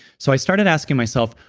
so i started asking myself,